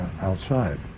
outside